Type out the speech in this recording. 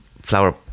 flower